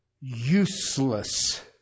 useless